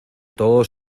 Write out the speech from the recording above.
todos